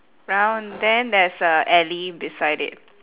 brown then there's a alley beside it